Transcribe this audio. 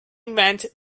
meant